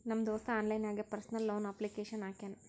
ನಮ್ ದೋಸ್ತ ಆನ್ಲೈನ್ ನಾಗೆ ಪರ್ಸನಲ್ ಲೋನ್ಗ್ ಅಪ್ಲಿಕೇಶನ್ ಹಾಕ್ಯಾನ್